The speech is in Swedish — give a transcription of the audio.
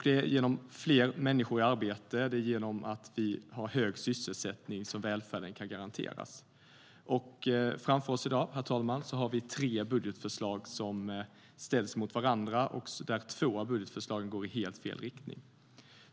Det är genom fler människor i arbete, genom att vi har hög sysselsättning, som välfärden kan garanteras. Framför oss i dag, herr talman, har vi tre budgetförslag som ställs mot varandra, där två av förslagen går i helt fel riktning.